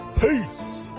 Peace